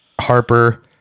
Harper